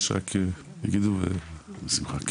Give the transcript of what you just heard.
שרק יגידו, ובשמחה.